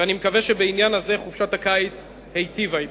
ואני מקווה שבעניין הזה חופשת הקיץ היטיבה אתכם.